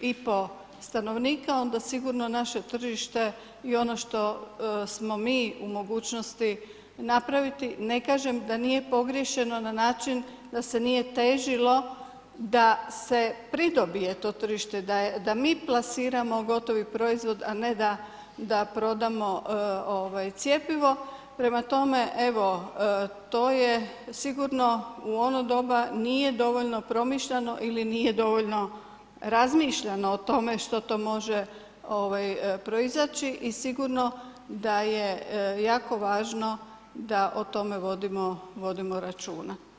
i pol stanovnika, onda sigurno naše tržište i ono što smo mi u mogućnosti napraviti, ne kažem da nije pogriješeno na način da se nije težilo da se pridobije to tržište, da mi plasiramo gotovi proizvod, a ne da prodamo cjepivo, prema tome, evo to je sigurno u ono doba nije dovoljno promišljeno ili nije dovoljno razmišljeno o tome što to može proizaći i sigurno da je jako važno da o tome vodimo računa.